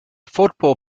football